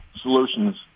solutions